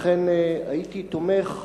לכן הייתי תומך בבקשה,